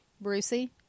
Brucey